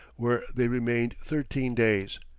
where they remained thirteen days,